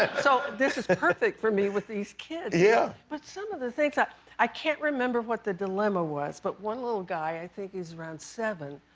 but so this is perfect for me, with these kids. yeah. but some of the things i i can't remember what the dilemma was, but one little guy i think he's around seven